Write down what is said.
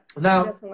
now